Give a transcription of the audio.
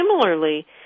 similarly